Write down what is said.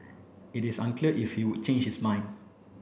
it is unclear if he would change his mind